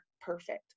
perfect